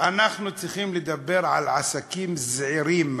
אנחנו צריכים לדבר על עסקים זעירים,